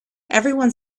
everyone